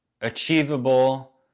achievable